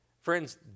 Friends